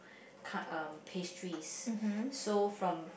tart um pastries so from